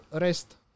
rest